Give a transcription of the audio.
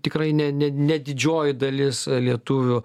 tikrai ne ne ne didžioji dalis lietuvių